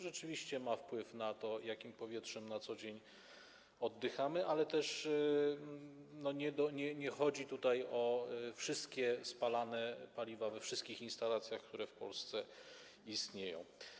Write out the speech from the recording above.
Rzeczywiście ma to wpływ na to, jakim powietrzem na co dzień oddychamy, ale też nie chodzi tutaj o wszystkie spalane paliwa we wszystkich instalacjach, które w Polsce istnieją.